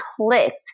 clicked